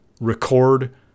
record